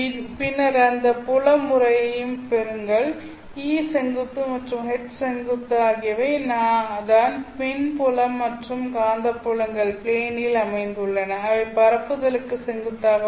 பின்னர் அந்த புல முறையையும் பெறுங்கள் E செங்குத்து மற்றும் H செங்குத்து ஆகியவை தான் மின் புலம் மற்றும் காந்தப்புலங்கள் ப்லேனில் அமைந்துள்ளன அவை பரப்புதலுக்கு செங்குத்தாக உள்ளன